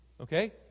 Okay